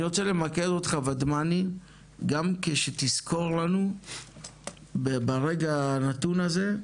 אני רוצה למקד אותך ודמני גם שתסקור לנו ברגע הנתון הזה,